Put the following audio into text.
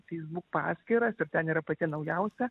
facebook paskyrą ir ten yra pati naujausia